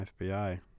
FBI